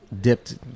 dipped